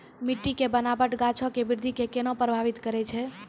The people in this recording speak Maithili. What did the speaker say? मट्टी के बनावट गाछो के वृद्धि के केना प्रभावित करै छै?